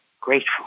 grateful